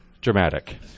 dramatic